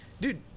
Dude